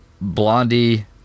blondie